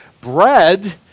bread